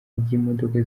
ry’imodoka